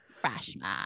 Freshman